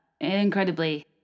incredibly